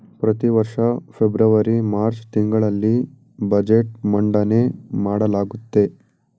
ಪ್ರತಿವರ್ಷ February March ತಿಂಗಳಲ್ಲಿ budget ಮಂಡನೆ ಮಾಡಲಾಗುತ್ತೆ